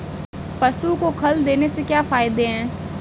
पशु को खल देने से क्या फायदे हैं?